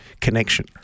connection